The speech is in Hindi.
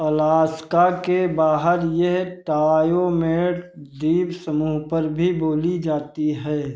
अलास्का के बाहर यह टायोमेड दीप समूह पर भी बोली जाती है